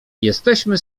jesteśmy